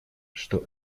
что